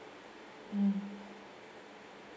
mm